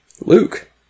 Luke